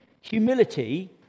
humility